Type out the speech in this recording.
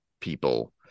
people